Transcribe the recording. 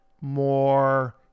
more